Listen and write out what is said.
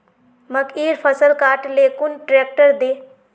मकईर फसल काट ले कुन ट्रेक्टर दे?